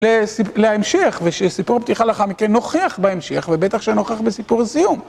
להמשך, ושסיפור פתיחה לאחר מכן נוכח בהמשך, ובטח שנוכח בסיפור הסיום.